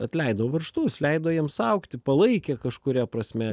atleido varžtus leido jiems augti palaikė kažkuria prasme